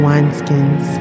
Wineskins